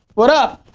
what up?